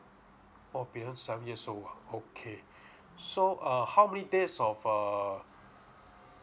oh below seven years old ah okay so uh how many days of err